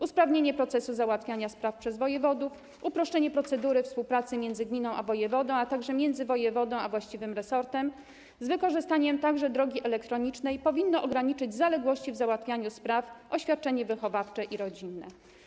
Usprawnienie procesu załatwiania spraw przez wojewodów, uproszczenie procedury współpracy między gminą a wojewodą, a także między wojewodą a właściwym resortem, z wykorzystaniem także drogi elektronicznej, powinno ograniczyć zaległości w załatwianiu spraw o świadczenie wychowawcze i rodzinne.